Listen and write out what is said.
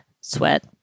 sweat